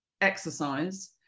exercise